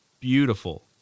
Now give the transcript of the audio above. beautiful